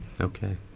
okay